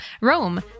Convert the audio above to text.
Rome